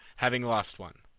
having lost one.